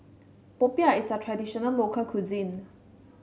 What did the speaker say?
Popiah is a traditional local cuisine